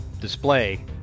display